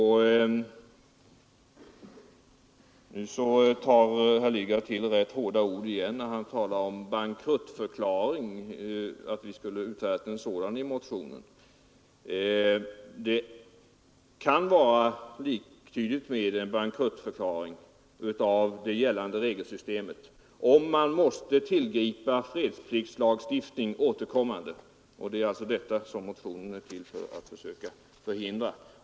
Herr Lidgard tar till rätt hårda ord igen, när han talar om att vi skulle ha utfärdat en bankruttförklaring i motionen. Det är liktydigt med en bankruttförklaring av det gällande regelsystemet, om man måste tillgripa fredspliktslagstiftning återkommande, och det är alltså detta som motionen syftar till att söka förhindra.